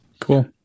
Cool